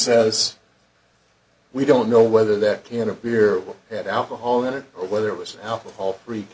says we don't know whether that can appear had alcohol in it or whether it was alcohol fre